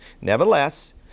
Nevertheless